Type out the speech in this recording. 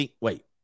Wait